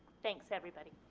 thanks everybody.